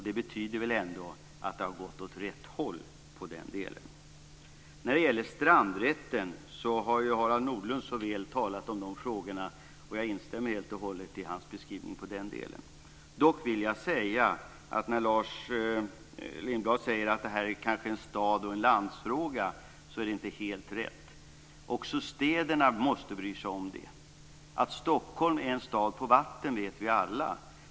Det betyder väl ändå att det har gått åt rätt håll i den delen. När det gäller strandrätten har Harald Nordlund så väl talat om de frågorna. Jag instämmer helt och hållet i hans beskrivning i den delen. Dock vill jag säga att när Lars Lindblad säger att det kanske är en stadoch en landsfråga är det inte helt rätt. Också städerna måste bry sig om det. Att Stockholm är en stad vid vatten vet vi alla.